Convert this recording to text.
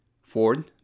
Ford